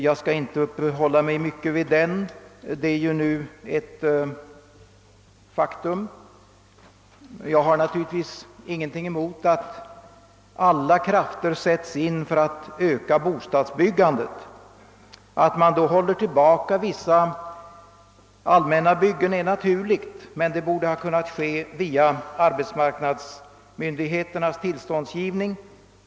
Jag skall inte uppehålla mig mycket vid den — den är nu ett faktum. Naturligtvis har jag ingenting emot att alla krafter sätts in för att öka bostadsbyggandet. Att man då håller tillbaka vissa allmäna byggen är naturligt, men det borde ha kunnat ske via arbetsmarknadsmyndigheternas tillståndsgivning.